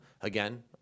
again